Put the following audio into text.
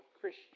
Christian